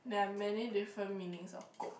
there are many different meanings of kope